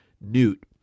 Newt